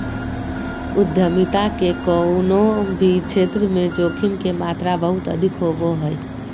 उद्यमिता के कउनो भी क्षेत्र मे जोखिम के मात्रा बहुत अधिक होवो हय